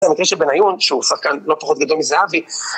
במקרה של בניון שהוא שחקן לא פחות גדול מזהבי